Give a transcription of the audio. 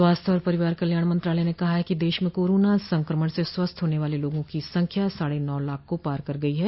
स्वास्थ्य और परिवार कल्याण मंत्रालय ने कहा है कि देश में कोरोना संक्रमण से स्वस्थ होने वाले लोगों की संख्या साढे नौ लाख को पार कर गई है